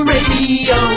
Radio